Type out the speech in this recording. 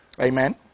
amen